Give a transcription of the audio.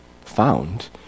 found